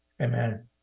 Amen